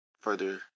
further